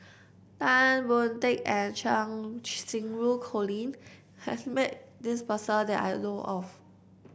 Tan Boon Teik and Cheng Xinru Colin has met this person that I know of